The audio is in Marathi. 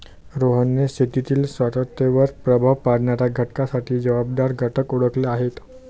रोहनने शेतीतील शाश्वततेवर प्रभाव पाडणाऱ्या घटकांसाठी जबाबदार घटक ओळखले आहेत